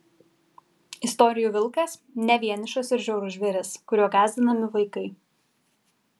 istorijų vilkas ne vienišas ir žiaurus žvėris kuriuo gąsdinami vaikai